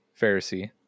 Pharisee